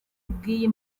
bw’iyi